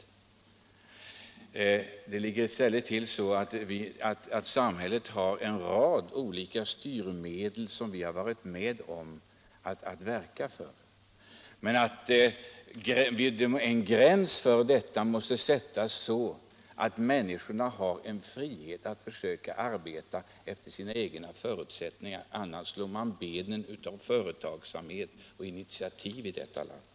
I stället ligger det till så att samhället har en rad olika styrmedel, som vi medverkat till att införa. Men det måste sättas en gräns så att också människorna får frihet att arbeta efter sina egna förutsättningar. Annars slår man benen av företag och initiativ i detta land.